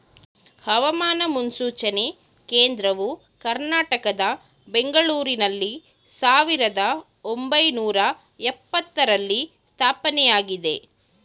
ಹವಾಮಾನ ಮುನ್ಸೂಚನೆ ಕೇಂದ್ರವು ಕರ್ನಾಟಕದ ಬೆಂಗಳೂರಿನಲ್ಲಿ ಸಾವಿರದ ಒಂಬೈನೂರ ಎಪತ್ತರರಲ್ಲಿ ಸ್ಥಾಪನೆಯಾಗಿದೆ